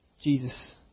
Jesus